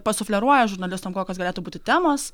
pasufleruoja žurnalistam kokios galėtų būti temos